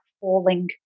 falling